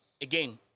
again